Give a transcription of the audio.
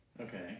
Okay